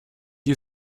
you